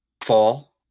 Fall